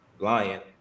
lion